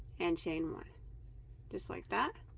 and chain one just like that